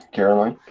caroline?